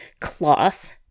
cloth